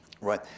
Right